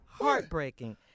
heartbreaking